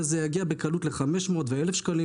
וזה יגיע בקלות ל-500 - 1,000 שקלים.